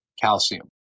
calcium